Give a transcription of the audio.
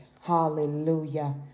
Hallelujah